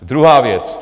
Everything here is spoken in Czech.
Druhá věc.